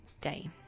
day